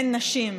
הן נשים.